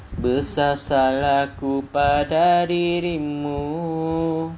besar salahku pada dirimu